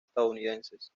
estadounidenses